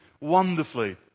wonderfully